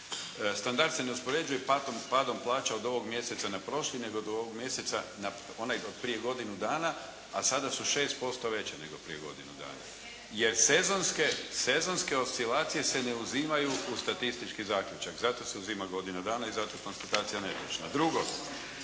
Standard se ne uspoređuje padom plaće od ovog mjeseca na prošli, nego od ovog mjeseca na onaj od prije godinu dana, a sada su 6% veće nego prije godinu dana, jer sezonske oscilacije se ne uzimaju u statistički zaključak. Zato se uzima godina dana i zato je ta konstatacija netočna.